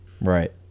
Right